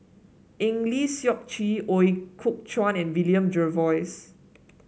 Eng Lee Seok Chee Ooi Kok Chuen and William Jervois